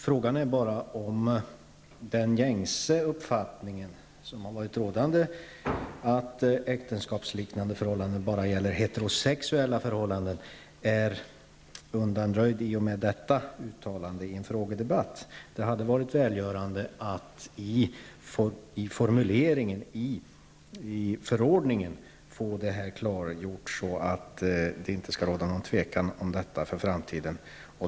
Frågan är bara om den gängse uppfattningen att äktenskapsliknande förhållanden bara skall gälla heterosexuella förhållanden är undanröjd i och med detta uttalande i en frågedebatt. Det hade varit välgörande att i formuleringen i förordningen få detta klargjort, så att det inte hade rått något tvivel inför framtiden.